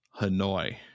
Hanoi